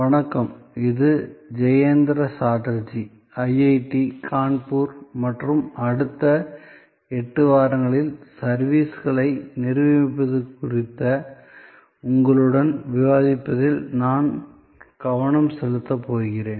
வணக்கம் இது ஜெயந்தா சாட்டர்ஜி ஐஐடி கான்பூர் மற்றும் அடுத்த 8 வாரங்களில் சர்விஸ்களை நிர்வகிப்பது குறித்து உங்களுடன் விவாதிப்பதில் நான் கவனம் செலுத்தப் போகிறேன்